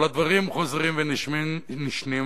אבל הדברים חוזרים ונשנים,